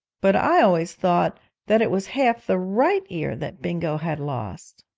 but i always thought that it was half the right ear that bingo had lost